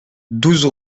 douze